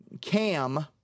Cam